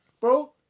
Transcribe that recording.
Bro